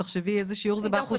תחשבי איזה שיעור זה באחוזים.